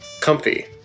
comfy